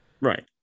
Right